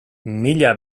mila